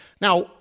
Now